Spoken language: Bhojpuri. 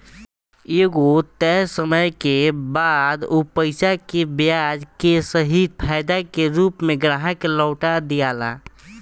एगो तय समय के बाद उ पईसा के ब्याज के सहित फायदा के रूप में ग्राहक के लौटा दियाला